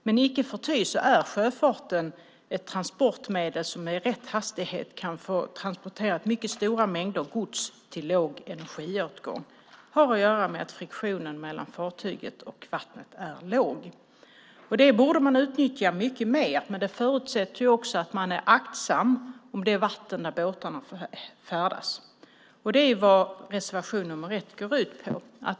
Men icke förty är sjöfarten ett transportmedel som med rätt hastighet kan transportera mycket stora mängder gods till låg energiåtgång. Det har att göra med att friktionen mellan fartyget och vattnet är låg. Det borde man utnyttja mycket mer, men det förutsätter också att man är aktsam om vattnet där båtarna färdas. Det är vad reservation 1 går ut på.